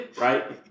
right